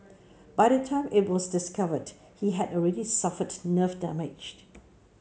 by the time it was discovered he had already suffered nerve damaged